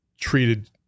treated